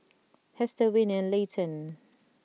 Hester Winnie and Layton